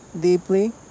deeply